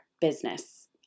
business